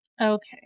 Okay